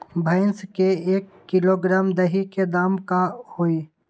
भैस के एक किलोग्राम दही के दाम का होई?